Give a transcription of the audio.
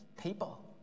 people